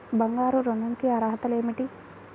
బంగారు ఋణం కి అర్హతలు ఏమిటీ?